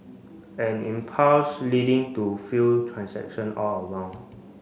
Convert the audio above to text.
an impasse leading to few transaction all around